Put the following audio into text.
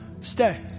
Stay